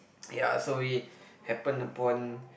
ya so we happen upon